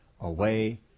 away